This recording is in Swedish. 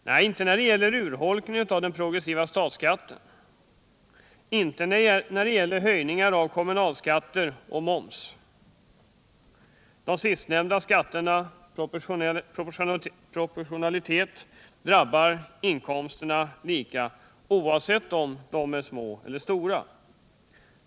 Nej, inte när det gäller urholkningen av den progressiva statsskatten och inte när det gäller höjningarna av kommunalskatter och moms. De sistnämnda skatterna är proportionella och drabbar inkomsttagarna lika, oavsett om inkomsterna är små eller stora.